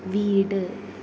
വീട്